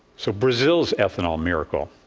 so, brazil's ethanol miracle,